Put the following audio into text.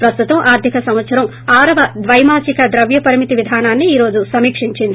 ప్రస్తుతం ఆర్గిక సంవత్సరం ఆరవ ద్వైమాసిక ద్రవ్య పరిమితి విధానాన్ని ఈ రోజు సమీక్షించింది